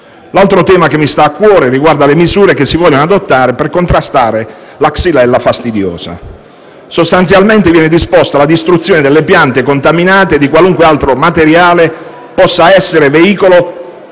altro tema che mi sta a cuore riguarda le misure che si vogliono adottare per contrastare la xylella fastidiosa. In sostanza, viene disposta la distruzione delle piante contaminate e di qualunque altro materiale possa essere veicolo